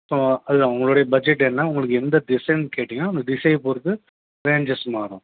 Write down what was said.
இப்போது அது தான் உங்களுடைய பட்ஜெட் என்ன உங்களுக்கு எந்த திசைன்னு கேட்டீங்கன்னால் அந்த திசையை பொறுத்து ரேஞ்சஸ் மாறும்